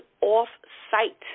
off-site